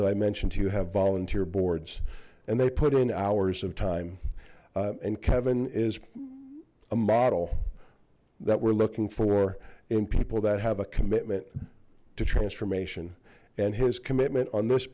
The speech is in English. that i mentioned to you have volunteer boards and they put in hours of time and kevin is a model that we're looking for in people that have a commitment to transformation and his commitment on this